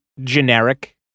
generic